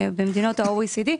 במדינות ה-OECD,